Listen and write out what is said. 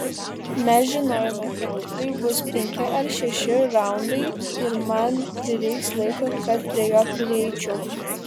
mes žinojome kad tikrai bus penki ar šeši raundai ir man prireiks laiko kad prie jo prieičiau